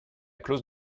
clause